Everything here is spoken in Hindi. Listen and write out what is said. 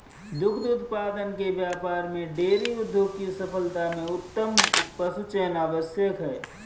दुग्ध उत्पादन के व्यापार में डेयरी उद्योग की सफलता में उत्तम पशुचयन आवश्यक है